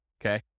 okay